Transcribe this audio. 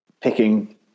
picking